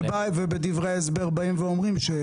ובדברי ההסבר אומרים,